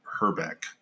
Herbeck